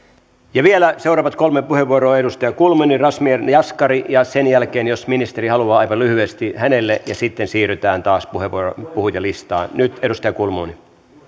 ja vielä seuraavat kolme puheenvuoroa edustajat kulmuni razmyar jaskari ja sen jälkeen jos ministeri haluaa aivan lyhyesti puheenvuoro hänelle ja sitten siirrytään taas puhujalistaan nyt edustaja kulmuni